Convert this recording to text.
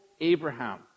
Abraham